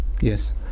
Yes